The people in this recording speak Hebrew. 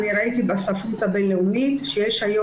אני ראיתי בספרות הבינלאומית שיש היום